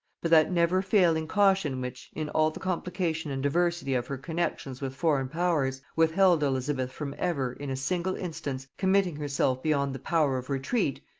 but that never-failing caution which, in all the complication and diversity of her connexions with foreign powers, withheld elizabeth from ever, in a single instance, committing herself beyond the power of retreat,